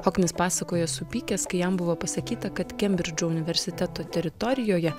hoknis pasakojo supykęs kai jam buvo pasakyta kad kembridžo universiteto teritorijoje